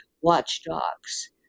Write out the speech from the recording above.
watchdogs